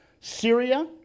Syria